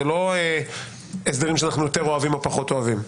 זה לא הסדרים שאנחנו יותר אוהבים או פחות אוהבים.